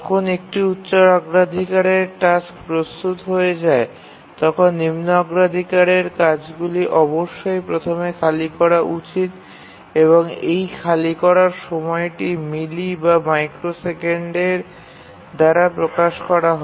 যখন একটি উচ্চ অগ্রাধিকারের টাস্ক প্রস্তুত হয়ে যায় তখন নিম্ন অগ্রাধিরের কাজগুলি অবশ্যই প্রথমে খালি করা উচিত এবং এই খালি করার সময়টি মিলি বা মাইক্রোসেকেন্ডের দ্বারা প্রকাশ করা হয়